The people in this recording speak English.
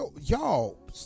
Y'all